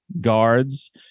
guards